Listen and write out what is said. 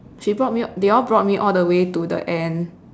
she brought me they all brought me all the way to the end